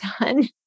done